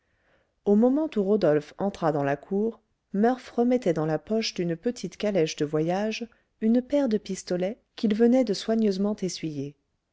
au moment où rodolphe entra dans la cour murph remettait dans la poche d'une petite calèche de voyage une paire de pistolets qu'il venait de soigneusement essuyer